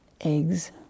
Eggs